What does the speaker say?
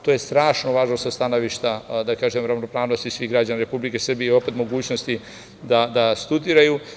To je strašno važno sa stanovišta ravnopravnosti svih građana Republike Srbije i opet mogućnost da studiraju.